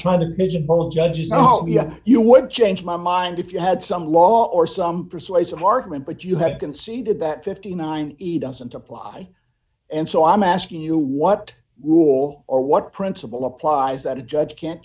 trying to pigeonhole judges oh yes you would change my mind if you had some law or some persuasive argument but you have conceded that fifty nine he doesn't apply and so i'm asking you what rule or what principle applies that a judge can't